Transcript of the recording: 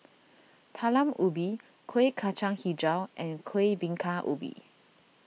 Talam Ubi Kuih Kacang HiJau and Kuih Bingka Ubi